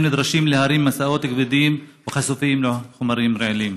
נדרשים להרים משאות כבדים וחשופים לחומרים רעילים.